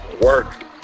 work